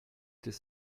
this